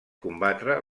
combatre